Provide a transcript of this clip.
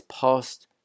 past